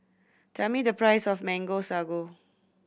tell me the price of Mango Sago